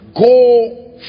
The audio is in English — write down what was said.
go